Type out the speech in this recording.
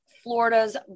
Florida's